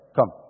Come